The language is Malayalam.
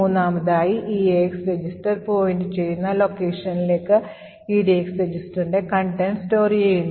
മൂന്നാമതായി EAX register point ചെയ്യുന്ന locationലേക്ക് EDX registerന്റെ contents store നീങ്ങുന്നു